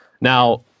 Now